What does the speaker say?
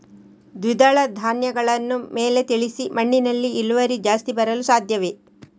ದ್ವಿದಳ ಧ್ಯಾನಗಳನ್ನು ಮೇಲೆ ತಿಳಿಸಿ ಮಣ್ಣಿನಲ್ಲಿ ಇಳುವರಿ ಜಾಸ್ತಿ ಬರಲು ಸಾಧ್ಯವೇ?